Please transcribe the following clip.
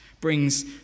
brings